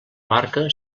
barca